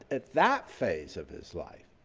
at that phase of his life,